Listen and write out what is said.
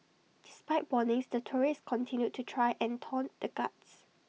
despite warnings the tourists continued to try and taunt the guards